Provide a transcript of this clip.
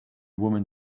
woman